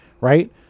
right